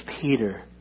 Peter